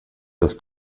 das